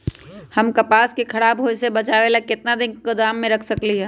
हम कपास के खराब होए से बचाबे ला कितना दिन तक गोदाम में रख सकली ह?